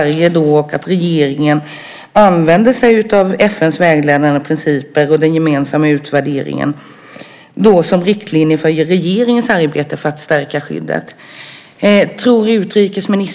Regeringen använder sig av FN:s vägledande principer och den gemensamma utvärderingen som riktlinjer för regeringens arbete för att stärka skyddet.